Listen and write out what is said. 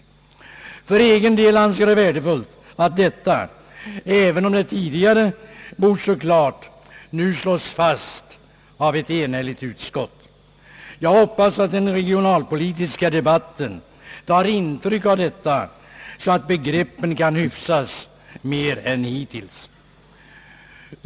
För egen del anser jag det värdefullt att detta, även om det tidigare bort stå klart, nu slås fast av ett enhälligt utskott. Jag hoppas att den regionalpolitiska debatten tar intryck av detta så att begreppen kan hyfsas mer än hittills.